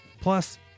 Plus